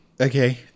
Okay